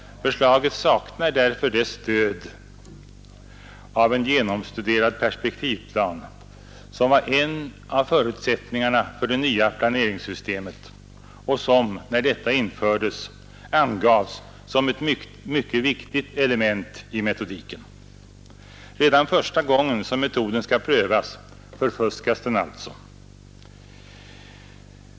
Förslaget saknar därför det stöd av en genomstuderad perspektivplan som var en av förutsättningarna för det nya planeringssystemet och som — när detta infördes — angavs som ett mycket viktigt element i metodiken. Redan första gången som metoden skall prövas förfuskas den alltså.